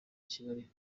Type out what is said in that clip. kigali